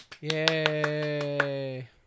yay